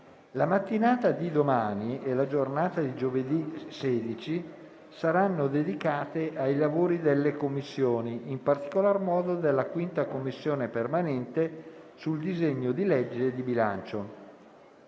La mattinata di domani e la giornata di giovedì 16 saranno dedicate ai lavori delle Commissioni, in particolar modo della 5a Commissione permanente sul disegno di legge di bilancio.